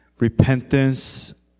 Repentance